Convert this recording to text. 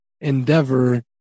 endeavor